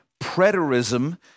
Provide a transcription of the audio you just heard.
preterism